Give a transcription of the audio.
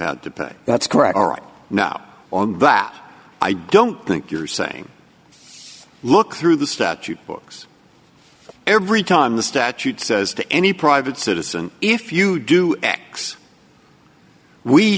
had to pay that's correct all right now on that i don't think you're saying look through the statute books every time the statute says to any private citizen if you do x we